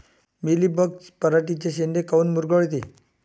Mealybug पराटीचे चे शेंडे काऊन मुरगळते?